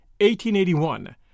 1881